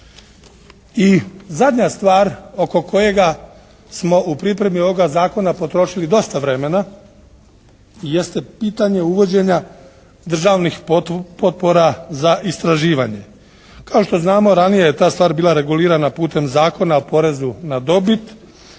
I zadnja stvar oko kojega smo u pripremi ovoga zakona potrošili dosta vremena jeste pitanje uvođenja državnih potpora za istraživanje. Kao što znamo, ranije je ta stvar bila regulirana putem Zakona o porezu na dobit.